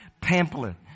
pamphlet